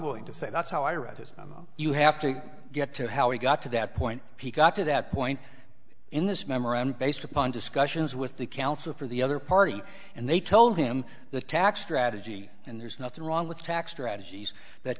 going to say that's how i read his memo you have to get to how he got to that point he got to that point in this memorandum based upon discussions with the counsel for the other party and they told him the tax strategy and there's nothing wrong with tax strategies that